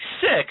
six